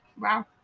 Wow